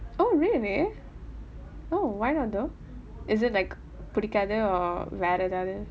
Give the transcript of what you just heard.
oh really oh why not though is it like பிடிக்காது:pidikaathu or வேற ஏதாவது:vera aethaavathu